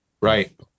Right